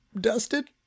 dusted